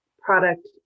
product